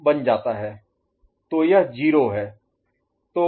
तो यह 0 है